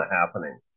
happening